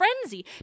frenzy